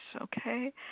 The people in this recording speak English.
okay